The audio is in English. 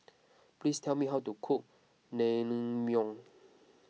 please tell me how to cook Naengmyeon